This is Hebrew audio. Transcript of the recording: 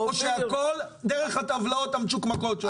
או שהכול דרך הטבלאות המצ'וקמקות שלה.